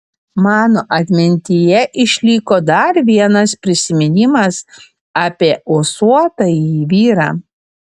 mano atmintyje išliko dar vienas prisiminimas apie ūsuotąjį vyrą